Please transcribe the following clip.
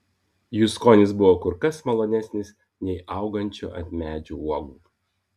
jų skonis buvo kur kas malonesnis nei augančių ant medžių uogų